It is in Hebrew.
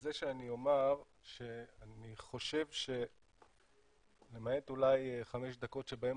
בזה שאני אומר שאני חושב שלמעט אולי חמש דקות שבהן